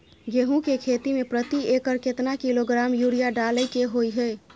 गेहूं के खेती में प्रति एकर केतना किलोग्राम यूरिया डालय के होय हय?